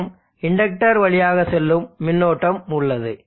மற்றும் இண்டக்டர் வழியாக செல்லும் மின்னோட்டம் உள்ளது